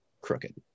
crooked